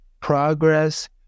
progress